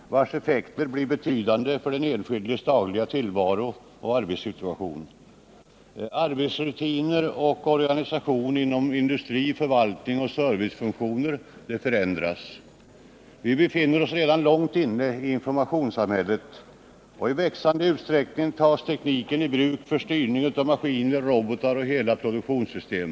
Herr talman! Behandlingen och utbytet av information befinner sig f. n. i en teknisk utvecklingsfas, vars effekter blir betydande för de enskildas dagliga tillvaro och arbetssituation. Arbetsrutiner och organisation inom industri, förvaltning och servicefunktioner förändras. Vi befinner oss redan långt inne i informationssamhället. I växande utsträckning tas tekniken i bruk för styrning av maskiner, robotar och hela produktionssystem.